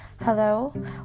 Hello